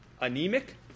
anemic